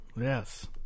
Yes